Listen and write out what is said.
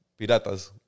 piratas